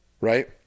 right